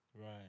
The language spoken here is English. Right